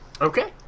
Okay